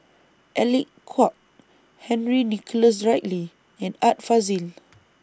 Alec Kuok Henry Nicholas Ridley and Art Fazil